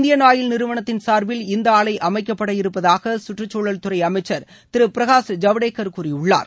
Indian Oil நிறுவனத்தின் சார்பில் இந்த ஆலை அமைக்கப்பட இருப்பதாக கற்றுச்சூழல்துறை அமைச்சர் திரு பிரகாஷ் ஜவடேகர் கூறியுள்ளார்